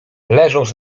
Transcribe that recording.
leżąc